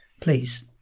please